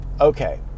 Okay